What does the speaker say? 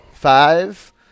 Five